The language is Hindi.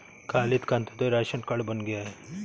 खालिद का अंत्योदय राशन कार्ड बन गया है